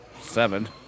Seven